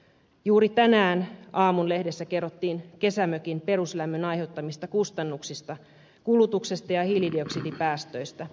juuri tänään aamun lehdessä kerrottiin kesämökin peruslämmön aiheuttamista kustannuksista kulutuksesta ja hiilidioksidipäästöistä